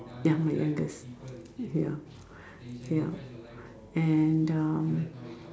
ya my youngest ya ya and uh